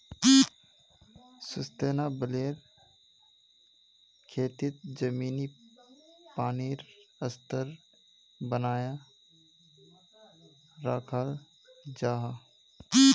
sustainable खेतित ज़मीनी पानीर स्तर बनाए राखाल जाहा